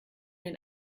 den